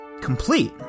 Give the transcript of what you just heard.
complete